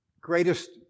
Greatest